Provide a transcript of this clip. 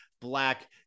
black